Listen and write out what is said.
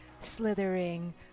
slithering